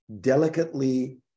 delicately